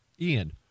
Ian